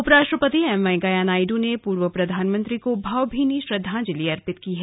उपराष्ट्रपति एम वेंकैया नायडू ने पूर्व प्रधानमंत्री को भावभीनी श्रद्धांजलि अर्पित की है